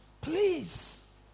Please